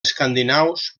escandinaus